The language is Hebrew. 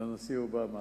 לנשיא אובמה.